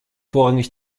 vorrangig